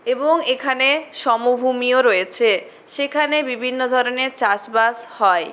এবং এখানে সমভূমিও রয়েছে সেখানে বিভিন্ন ধরনের চাষবাস হয়